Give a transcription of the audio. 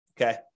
okay